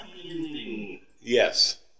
Yes